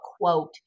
quote